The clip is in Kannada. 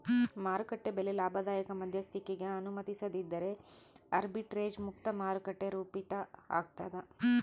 ಮಾರುಕಟ್ಟೆ ಬೆಲೆ ಲಾಭದಾಯಕ ಮಧ್ಯಸ್ಥಿಕಿಗೆ ಅನುಮತಿಸದಿದ್ದರೆ ಆರ್ಬಿಟ್ರೇಜ್ ಮುಕ್ತ ಮಾರುಕಟ್ಟೆ ರೂಪಿತಾಗ್ತದ